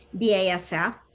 BASF